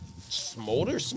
Smolder